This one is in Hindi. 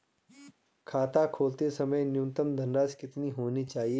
खाता खोलते समय न्यूनतम धनराशि कितनी होनी चाहिए?